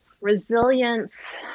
Resilience